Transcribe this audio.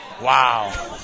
Wow